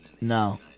No